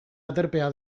aterpea